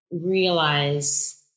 realize